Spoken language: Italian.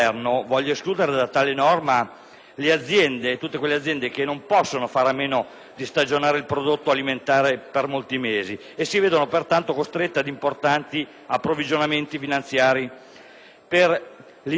del TUIR tutte le aziende che non possono fare a meno di stagionare il prodotto alimentare per molti mesi e che si vedono costrette ad importanti approvvigionamenti finanziari per l'ineluttabile gestione del magazzino.